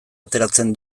ateratzen